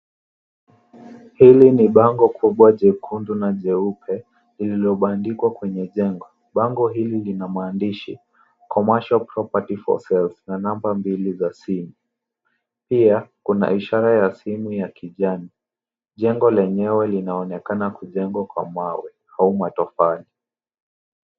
Hili ni bango kubwa jekundu na jeupe lililobandikwa kwenye jengo. Bango hili lina maandishi Commercial Property for sale na namba mbili za simu, pia kuna ishara ya simu ya kijani. Jengo lenyewe linaonekana kujengwa kwa mawe au matofali.